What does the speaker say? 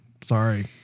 sorry